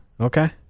Okay